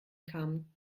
kamen